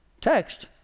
text